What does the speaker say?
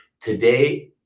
today